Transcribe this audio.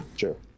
Sure